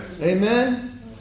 Amen